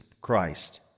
Christ